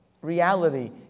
reality